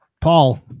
Paul